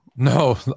No